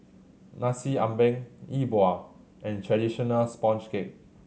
Nasi Ambeng Yi Bua and traditional sponge cake